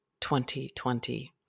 2020